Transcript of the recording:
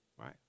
right